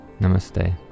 Namaste